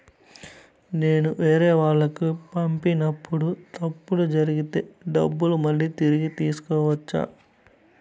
నేను వేరేవాళ్లకు పంపినప్పుడు తప్పులు జరిగితే డబ్బులు మళ్ళీ తిరిగి తీసుకోవచ్చా?